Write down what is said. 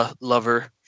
lover